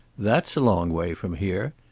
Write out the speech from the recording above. that's a long way from here.